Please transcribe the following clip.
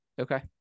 Okay